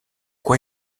quoi